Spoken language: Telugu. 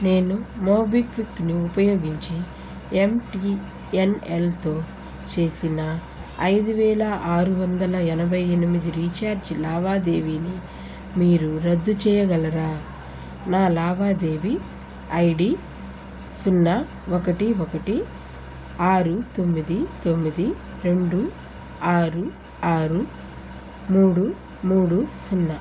నేను మోబిక్విక్ను ఉపయోగించి ఎమ్ టీ ఎన్ ఎల్తో చేసిన ఐదు వేల ఆరు వందల ఎనభై ఎనిమిది రీఛార్జ్ లావాదేవీని మీరు రద్దు చేయగలరా నా లావాదేవి ఐ డీ సున్నా ఒకటి ఒకటి ఆరు తొమ్మిది తొమ్మిది రెండు ఆరు ఆరు మూడు మూడు సున్నా